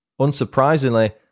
Unsurprisingly